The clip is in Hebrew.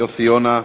יוסי יונה,